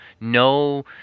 No